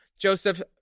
Joseph